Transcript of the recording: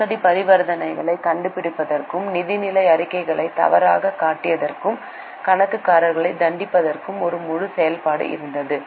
மோசடி பரிவர்த்தனைகளைக் கண்டுபிடிப்பதற்கும் நிதிநிலை அறிக்கைகளை தவறாகக் காட்டியதற்காக கணக்காளர்களைத் தண்டிப்பதற்கும் ஒரு முழு செயல்முறை இருந்தது